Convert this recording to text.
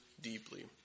deeply